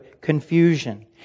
Confusion